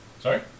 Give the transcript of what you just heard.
Sorry